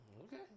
Okay